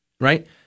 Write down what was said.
right